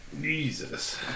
Jesus